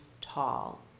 tall